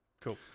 cool